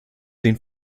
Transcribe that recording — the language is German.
den